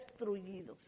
destruidos